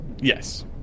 yes